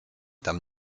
tam